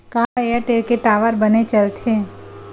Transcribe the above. का एयरटेल के टावर बने चलथे?